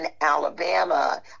Alabama